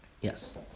Yes